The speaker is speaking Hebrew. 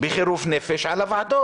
בחירוף נפש על הוועדות?